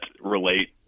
relate